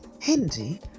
Hindi